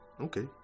Okay